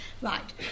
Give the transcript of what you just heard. right